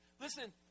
Listen